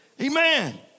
Amen